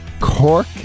Cork